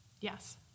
Yes